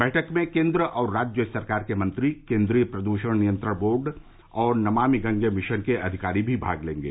बैठक में केन्द्र और राज्य सरकार के मंत्री केन्द्रीय प्रदूषण नियंत्रण बोर्ड और नमामि गंगे मिशन के अधिकारी भी भाग लेंगे